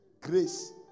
Grace